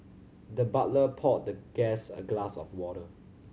the butler poured the guest a glass of water